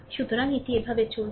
সুতরাং এটি এভাবে চলছে